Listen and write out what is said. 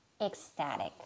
ecstatic